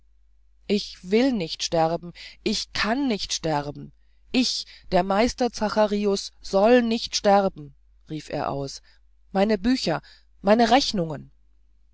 ich will nicht sterben ich kann nicht sterben ich der meister zacharius soll nicht sterben rief er aus meine bücher meine rechnungen